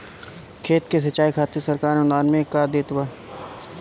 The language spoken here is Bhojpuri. खेत के सिचाई खातिर सरकार अनुदान में का देत बा?